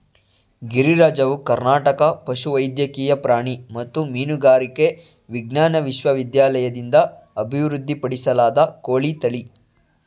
ಗಿರಿರಾಜವು ಕರ್ನಾಟಕ ಪಶುವೈದ್ಯಕೀಯ ಪ್ರಾಣಿ ಮತ್ತು ಮೀನುಗಾರಿಕೆ ವಿಜ್ಞಾನ ವಿಶ್ವವಿದ್ಯಾಲಯದಿಂದ ಅಭಿವೃದ್ಧಿಪಡಿಸಲಾದ ಕೋಳಿ ತಳಿ